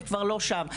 הם כבר לא שם.